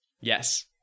yes